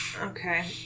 Okay